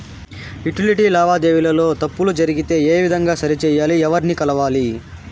Utility లావాదేవీల లో తప్పులు జరిగితే ఏ విధంగా సరిచెయ్యాలి? ఎవర్ని కలవాలి?